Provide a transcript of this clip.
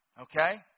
Okay